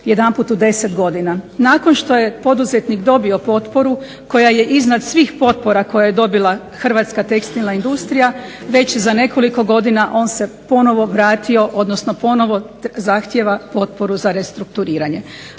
jedanput u deset godina. Nakon što je poduzetnik dobio potporu koja je iznad svih potpora koju je dobila Hrvatska tekstilna industrija već za nekoliko godina on se ponovno vratio, odnosno ponovno zahtjeva potporu za restrukturiranje.